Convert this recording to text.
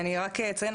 אני רק אציין,